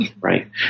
right